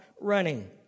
running